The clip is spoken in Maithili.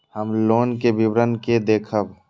हम लोन के विवरण के देखब?